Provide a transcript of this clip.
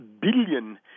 billion